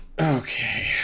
Okay